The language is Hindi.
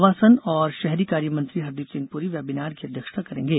आवासन और शहरी कार्यमंत्री हरदीप सिंह पुरी वेबिनार की अध्यक्षता करेंगे